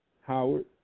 Howard